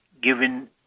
given